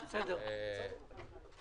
משרד האוצר.